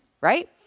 right